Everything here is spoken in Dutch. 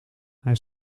hij